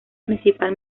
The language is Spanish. principal